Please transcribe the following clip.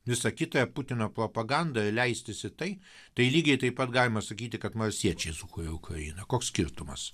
visa kita putino propaganda leistis į tai tai lygiai taip pat galima sakyti kad marsiečiai sukūrė ukrainą koks skirtumas